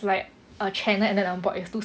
like a channel and then a bot it's two